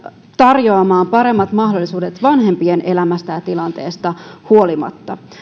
tarjoamaan paremmat mahdollisuudet vanhempien elämästä ja tilanteesta huolimatta